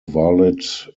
valid